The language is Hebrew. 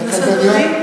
ולסדרנים.